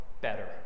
better